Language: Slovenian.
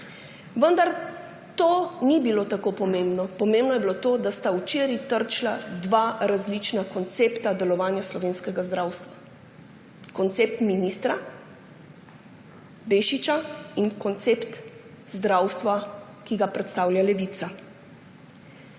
Vendar to ni bilo tako pomembno. Pomembno je bilo to, da sta včeraj trčila dva različna koncepta delovanja slovenskega zdravstva, koncept ministra Bešiča in koncept zdravstva, ki ga predstavlja Levica.